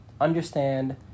understand